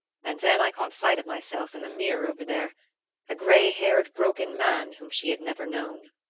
and then i caught sight of myself in the mirror over there a gray-haired broken man whom she had never known!